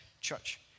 church